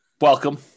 Welcome